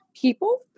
people